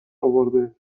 اورده